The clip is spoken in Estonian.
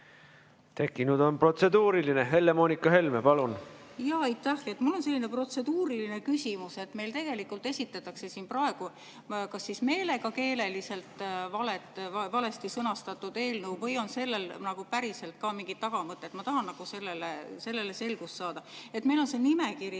Tekkinud on protseduuriline. Helle-Moonika Helme, palun! Jaa, aitäh! Mul on selline protseduuriline küsimus. Meil tegelikult esitatakse siin praegu kas meelega keeleliselt valesti sõnastatud eelnõu või on sellel nagu päriselt ka mingi tagamõte. Ma tahan selgust saada. Meil on see nimekiri